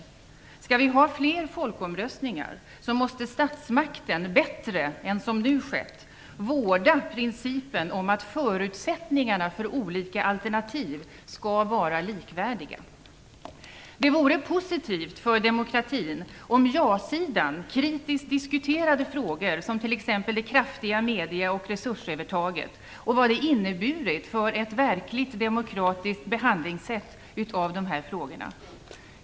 Om vi skall ha fler folkomröstningar måste statsmakten, bättre än som nu skett, vårda principen om att förutsättningarna för olika alternativ skall vara likvärdiga. Det vore positivt för demokratin om ja-sidan kritiskt diskuterade frågor som det kraftiga mediumoch resursövertaget och vad det inneburit för ett verkligt demokratiskt behandlingssätt av dessa frågor.